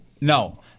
no